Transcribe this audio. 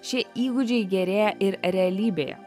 šie įgūdžiai gerėja ir realybėje